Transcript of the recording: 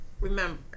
remember